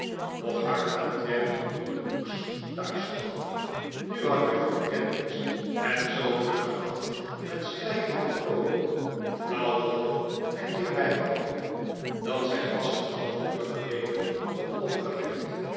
nog hard aan het werk toen newman noggs thuis kwam nu had juffrouw kenwigs het zoo druk gehad met strijken en plooien flauwvallen en weer bijkomen dat zij pas een half uur geleden had opgemerkt